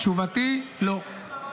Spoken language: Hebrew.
תשובתי, לא.